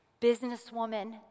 businesswoman